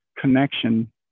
connection